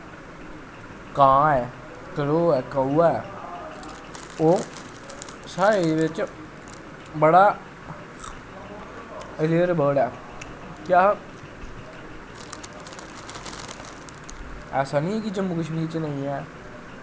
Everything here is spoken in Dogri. कां ऐ क्रोह् ऐ कऊआ ऐ ओह् साढ़े एरिये च बड़ा रेयर बर्ड ऐ क्या ऐसी निं ऐ कि जम्मू कश्मीर च नेईं ऐ